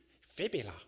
Fibula